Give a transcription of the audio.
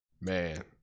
Man